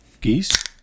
Geese